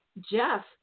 Jeff